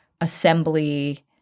assembly